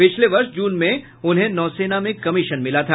पिछले वर्ष जून में उन्हें नौसेना में कमीशन मिला था